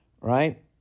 right